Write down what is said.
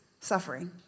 suffering